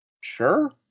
sure